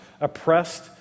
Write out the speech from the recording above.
oppressed